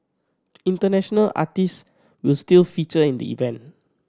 international artist will still feature in the event